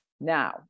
Now